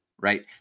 right